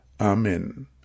Amen